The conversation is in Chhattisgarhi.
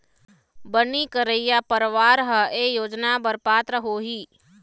बनी करइया परवार ह ए योजना बर पात्र होही